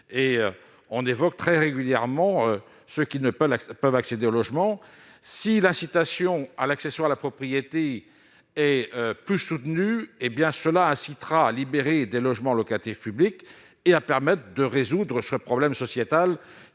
On évoque très régulièrement ceux qui ne peuvent accéder au logement. Si l'incitation à l'accession à la propriété est plus soutenue, cela aidera à libérer des logements locatifs publics et à résoudre ce problème sociétal